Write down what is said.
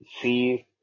see